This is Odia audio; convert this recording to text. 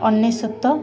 ଅନେଶତ